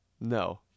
No